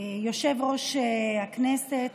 יושב-ראש הכנסת,